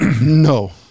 no